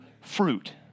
fruit